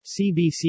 CBC